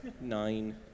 Nine